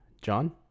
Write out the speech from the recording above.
John